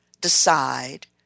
decide